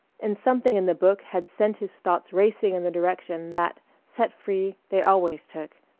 and something in the book had sent his thoughts racing in the direction that, set free, they always took,